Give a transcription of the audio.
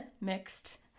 mixed